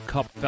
Cup